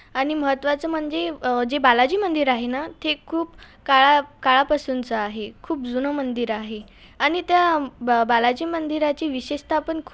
आणि महत्वाचं म्हणजे जे बालाजी मंदिर आहे ना ते खूप काळा काळापासूनचं आहे खूप जुनं मंदिर आहे आणि त्या ब बालाजी मंदिराची विशेषता पण खूप